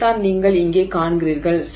இதைத்தான் நீங்கள் இங்கே காண்கிறீர்கள்